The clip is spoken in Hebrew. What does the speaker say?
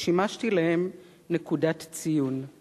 ושימשתי להם נקודת ציון/